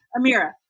Amira